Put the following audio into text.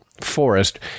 forest